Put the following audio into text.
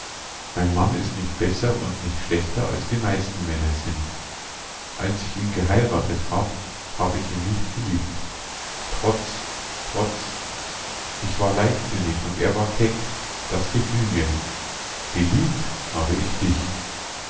mein mann ist nicht besser und nicht schlechter als die meisten männer sind als ich ihn geheiratet hab hab ich ihn nicht geliebt trotz trotz ich war leichtsinnig und er war keck das gefiel mir geliebt hab ich dich